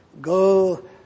go